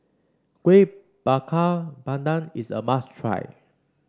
Kuih Bakar Pandan is a must try